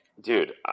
dude